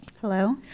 Hello